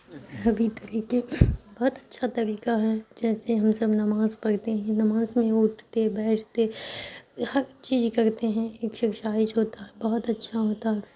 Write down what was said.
مذہبی طریقے بہت اچھا طریقہ ہے جیسے ہم سب نماز پڑھتے ہیں نماز میں اٹھتے بیٹھتے ہر چیز کرتے ہیں ایکسرسائز ہوتا ہے بہت اچھا ہوتا ہے